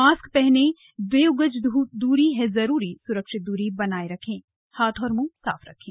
mask पहनें दो गज दूरी है जरूरी स्रक्षित दूरी बनाए रखें हाथ और मुंह साफ रखें